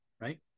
right